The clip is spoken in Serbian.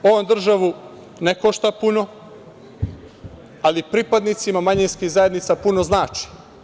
On državu ne košta puno, ali pripadnicima manjinskih zajednica puno znači.